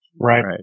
Right